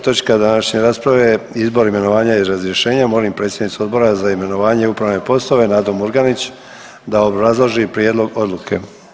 točka današnje rasprave je - Izbor, imenovanja i razrješenja Molim predsjednicu Odbora za imenovanje i upravne poslove Nadu Murganić da obrazloži prijedlog odluke.